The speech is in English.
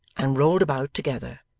and rolled about together,